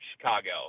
Chicago